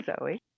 Zoe